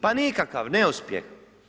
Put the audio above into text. Pa nikakav, neuspjeh.